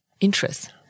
interest